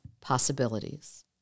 possibilities